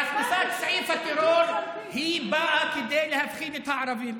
הכנסת סעיף הטרור באה להפחיד את הערבים,